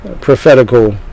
prophetical